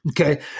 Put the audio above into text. Okay